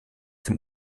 dem